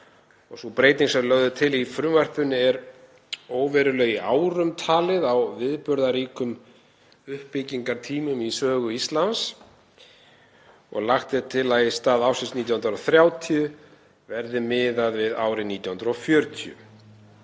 Sú breyting sem lögð er til í frumvarpinu er óveruleg í árum talið á viðburðaríkum uppbyggingartímum í sögu Íslands og lagt er til að í stað ársins 1930 verði miðað við árið 1940.